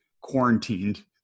quarantined